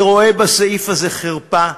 אני רואה בסעיף הזה חרפה,